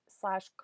slash